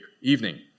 evening